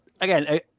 again